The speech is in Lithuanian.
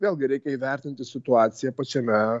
vėlgi reikia įvertinti situaciją pačiame